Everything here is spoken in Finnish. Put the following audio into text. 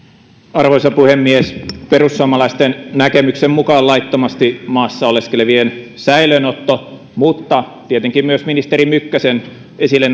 arvoisa puhemies perussuomalaisten näkemyksen mukaan laittomasti maassa oleskelevien säilöönotto mutta tietenkin myös ministeri mykkäsen esille